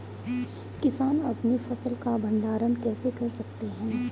किसान अपनी फसल का भंडारण कैसे कर सकते हैं?